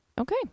Okay